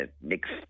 next